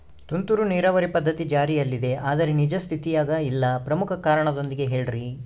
ತುಂತುರು ನೇರಾವರಿ ಪದ್ಧತಿ ಜಾರಿಯಲ್ಲಿದೆ ಆದರೆ ನಿಜ ಸ್ಥಿತಿಯಾಗ ಇಲ್ಲ ಪ್ರಮುಖ ಕಾರಣದೊಂದಿಗೆ ಹೇಳ್ರಿ?